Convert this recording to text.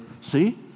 see